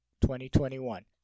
2021